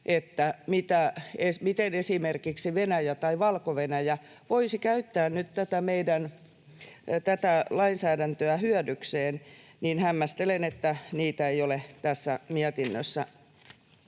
siitä, miten esimerkiksi Venäjä tai Valko-Venäjä voisi käyttää nyt tätä meidän lainsäädäntöä hyödykseen, niin hämmästelen, että niitä ei ole tässä mietinnössä